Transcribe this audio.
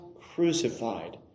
crucified